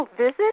visit